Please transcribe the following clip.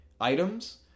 items